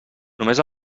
només